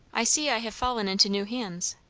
i see i have fallen into new hands,